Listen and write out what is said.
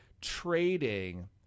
trading